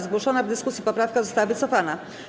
Zgłoszona w dyskusji poprawka została wycofana.